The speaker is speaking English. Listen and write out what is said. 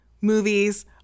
movies